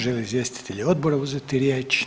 Žele li izvjestitelji odbora uzeti riječ?